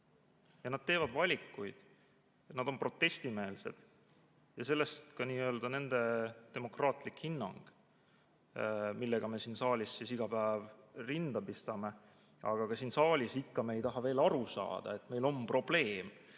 Ja nad teevad valikuid. Nad on protestimeelsed. Ja sellest ka nende demokraatlik hinnang, millega me siin saalis iga päev rinda pistame. Aga ka siin saalis ikka me ei taha veel aru saada, et meil on probleem,